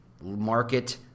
market